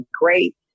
great